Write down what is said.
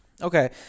okay